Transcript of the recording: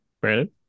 Brandon